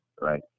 right